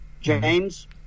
James